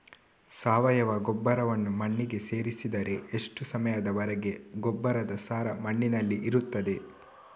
ಸಾವಯವ ಗೊಬ್ಬರವನ್ನು ಮಣ್ಣಿಗೆ ಸೇರಿಸಿದರೆ ಎಷ್ಟು ಸಮಯದ ವರೆಗೆ ಗೊಬ್ಬರದ ಸಾರ ಮಣ್ಣಿನಲ್ಲಿ ಇರುತ್ತದೆ?